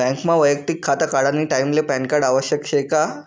बँकमा वैयक्तिक खातं काढानी टाईमले पॅनकार्ड आवश्यक शे का?